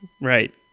right